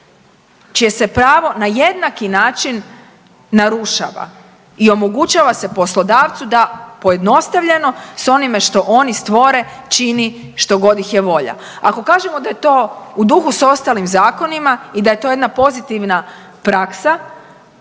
čije se pravo na jednaki način narušava i omogućava se poslodavcu da pojednostavljeno s onime što oni stvore čini što god ih je volja. Ako kažemo da je to u duhu sa ostalim zakonima i da je to jedna pozitivna praksa,